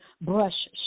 brush